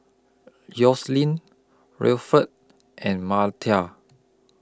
Yoselin Winnifred and Myrtie